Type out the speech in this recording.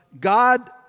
God